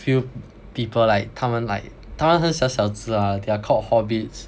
few people like 他们 like 他们很小小子 lah they are called hobbits